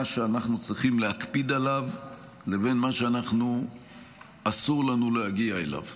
שאנחנו צריכים להקפיד עליו לבין מה שאסור לנו להגיע אליו.